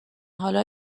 حالا